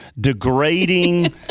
degrading